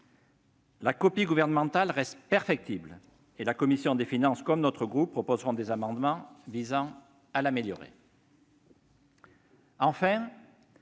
la copie gouvernementale reste perfectible et la commission des finances, comme mon groupe, proposera des amendements visant à l'améliorer.